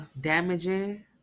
damaging